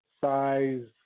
size